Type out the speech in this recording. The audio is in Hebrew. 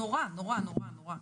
נורא, נורא, נורא.